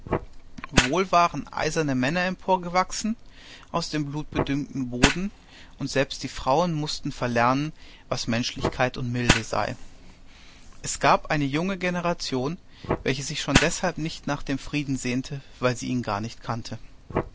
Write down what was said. wohl waren eiserne männer emporgewachsen aus dem blutgedüngten boden und selbst die frauen mußten verlernen was menschlichkeit und milde sei es gab eine junge generation welche sich schon deshalb nicht nach dem frieden sehnte weil sie ihn gar nicht kannte